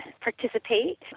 participate